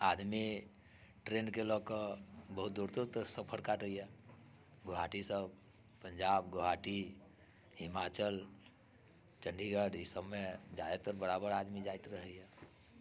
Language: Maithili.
आदमी ट्रेनके लऽकऽ बहुत दूर दूर तक सफर काटैया गोहाटी से पंजाब गोहाटी हिमाचल चंडीगढ़ ई सभमे जाइत बराबर आदमी जाइत रहैया